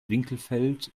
winkelfeld